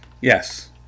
Yes